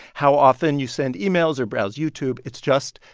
how often you send emails or browse youtube. it's just,